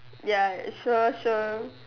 ya sure sure